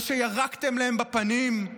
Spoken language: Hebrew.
שירקתם להם בפנים?